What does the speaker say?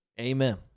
Amen